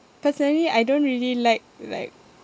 personally I don't really like like